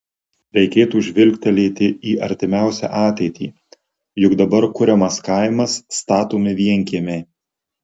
reikėtų žvilgtelėti į artimiausią ateitį juk dabar kuriamas kaimas statomi vienkiemiai